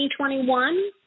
2021